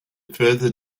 further